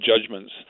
judgments